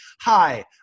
hi